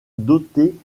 dotés